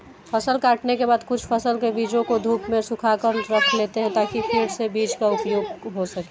फसल काटने के बाद कुछ फसल के बीजों को धूप में सुखाकर रख लेते हैं ताकि फिर से बीज का उपयोग हो सकें